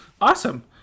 awesome